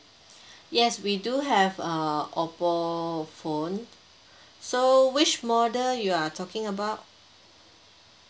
yes we do have uh oppo phone so which model you are talking about